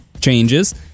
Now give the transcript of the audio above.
changes